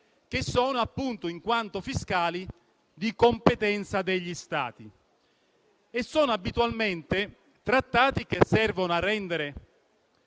che sono appunto, in quanto fiscali, di competenza degli Stati e sono abitualmente trattati che servono a rendere